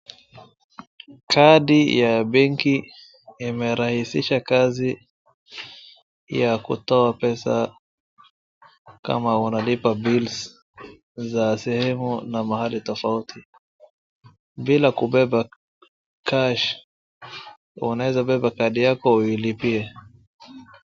Kadi ya benki imerahisisha kazi ya kutoa pesa kama wanalipa bills za sehemu na mahali tofauti bila kubeba cash unaweza kubeba kadi yako uilipie.